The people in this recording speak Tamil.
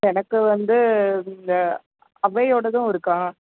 எனக்கு வந்து இந்த ஔவையோடதும் இருக்கா